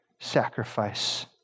sacrifice